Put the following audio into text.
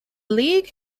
league